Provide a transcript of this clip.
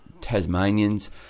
Tasmanians